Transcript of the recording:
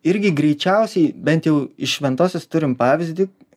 irgi greičiausiai bent jau iš šventosios turim pavyzdį